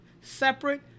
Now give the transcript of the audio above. separate